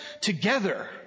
Together